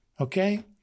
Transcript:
Okay